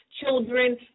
children